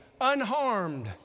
unharmed